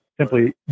simply